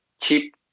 cheap